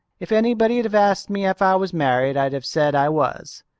if anybody'd have asked me if i was married i'd have said i was.